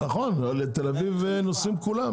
לתל אביב נוסעים כולם.